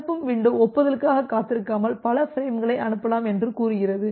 அனுப்பும் வின்டோ ஒப்புதலுக்காகக் காத்திருக்காமல் பல பிரேம்களை அனுப்பலாம் என்று கூறுகிறது